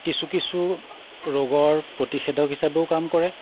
কিছু কিছু ৰোগৰ প্ৰতিষেধক হিচাপেও কাম কৰে